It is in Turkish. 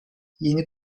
yeni